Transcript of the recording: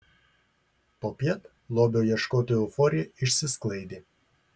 popiet lobio ieškotojų euforija išsisklaidė